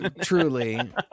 truly